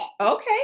Okay